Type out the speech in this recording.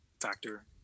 factor